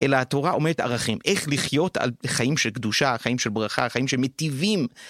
אלא התורה עומדת ערכים, איך לחיות על חיים שקדושה, חיים של ברכה, חיים שמטיבים.